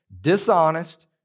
dishonest